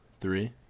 Three